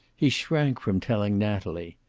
he shrank from telling natalie.